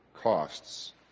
costs